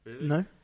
No